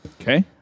Okay